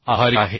आभारी आहे